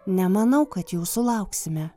nemanau kad jų sulauksime